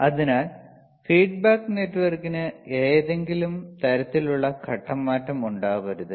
അതിനാൽ ഫീഡ്ബാക്ക് നെറ്റ്വർക്കിന് ഏതെങ്കിലും തരത്തിലുള്ള ഘട്ടം മാറ്റം ഉണ്ടാകരുത്